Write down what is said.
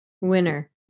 Winner